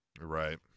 Right